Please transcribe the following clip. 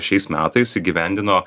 šiais metais įgyvendino